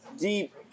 deep